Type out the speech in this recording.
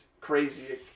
crazy